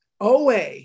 OA